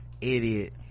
idiot